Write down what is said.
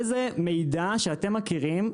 איזה מידע שאתם מכירים,